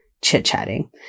chit-chatting